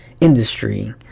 industry